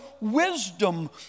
wisdom